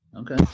Okay